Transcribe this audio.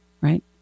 right